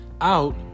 out